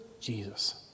Jesus